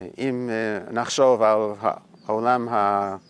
‫אם נחשוב על העולם ה...